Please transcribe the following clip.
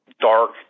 dark